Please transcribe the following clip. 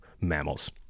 Mammals